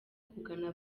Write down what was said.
kugana